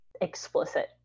explicit